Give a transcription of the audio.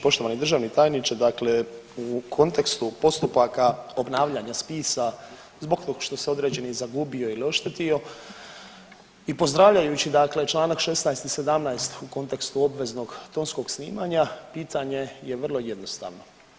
Poštovani državni tajniče, dakle u kontekstu postupaka obnavljanja spisa zbog tog što se određeni zagubio ili oštetio i pozdravljajući dakle čl. 16. i 17. u kontekstu obveznog tonskog snimanja pitanje je vrlo jednostavno.